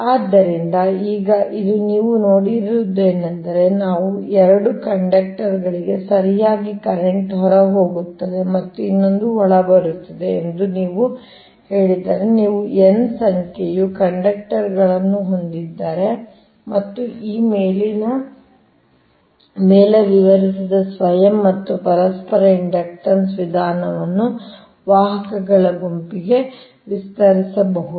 ಆದ್ದರಿಂದ ಈಗ ಇದು ನೀವು ನೋಡಿರುವುದೇನೆಂದರೆ ನಾವು 2 ಕಂಡಕ್ಟರ್ ಗಳಿಗೆ ಸರಿಯಾಗಿ ಕರೆಂಟ್ ಹೊರ ಹೋಗುತ್ತದೆ ಮತ್ತು ಇನ್ನೊಂದು ಒಳಬರುತ್ತಿದೆ ಎಂದು ನೀವು ಹೇಳಿದರೆ ನೀವು n ಸಂಖ್ಯೆಯ ಕಂಡಕ್ಟರ್ ಗಳನ್ನು ಹೊಂದಿದ್ದರೆ ಮತ್ತು ಈ ಮೇಲಿನ ವಿವರಿಸಿದ ಸ್ವಯಂ ಮತ್ತು ಪರಸ್ಪರ ಇಂಡಕ್ಟನ್ಸ್ ವಿಧಾನವನ್ನು ವಾಹಕಗಳ ಗುಂಪಿಗೆ ವಿಸ್ತರಿಸಬಹುದು